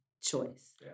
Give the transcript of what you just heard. choice